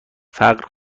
فقر